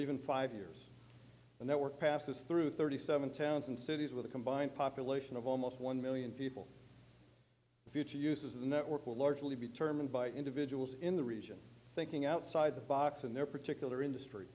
even five years and that we're passes through thirty seven towns and cities with a combined population of almost one million people the future uses of the network will largely be determined by individuals in the region thinking outside the box in their particular industry